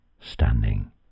standing